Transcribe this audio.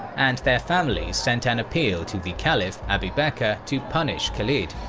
and their families sent an appeal to the caliph abu bakr to punish khalid.